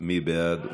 מי בעד?